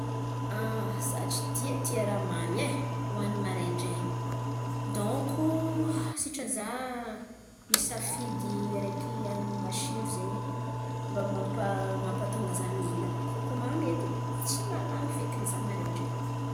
Za tsy de tia raha mamy e hoanin̈y maraindrain̈y. Donko sitrany za misafidy araiky hanin̈y masiro zen̈y mba mampa- mampatônga za mihina. Fa koa mamy edy tsy malan̈y fekiny za maraindrain̈y.